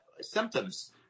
symptoms